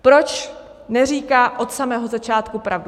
Proč neříká od samého začátku pravdu?